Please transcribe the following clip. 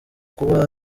kuba